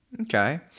Okay